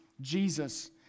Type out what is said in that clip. Jesus